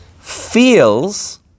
Feels